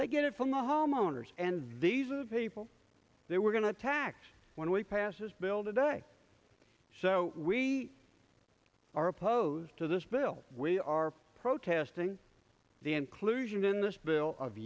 they get it from the homeowners and these are the people they were going to tax when we passed this bill today so we are opposed to this bill we are protesting the inclusion in this bill of